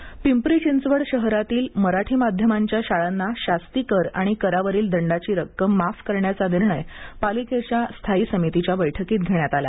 करमाफी पिंपरी चिंचवड शहरातील मराठी माध्यमांच्या शाळांना शास्ती कर आणि करावरील दंडाची रक्कम माफ करण्याचा निर्णय पालिकेच्या स्थायी समितीच्या बैठकीत घेण्यात आला